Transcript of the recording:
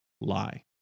lie